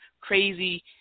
crazy